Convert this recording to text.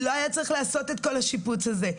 לא היה צריך לעשות את כל השיפוץ הזה,